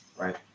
right